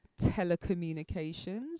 telecommunications